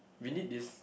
we need this